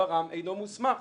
ור"מ אינו מוסמך.